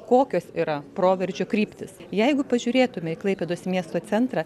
kokios yra proveržio kryptys jeigu pažiūrėtume į klaipėdos miesto centrą